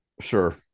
Sure